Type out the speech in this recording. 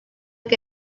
que